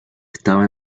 estaba